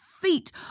feet